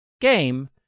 game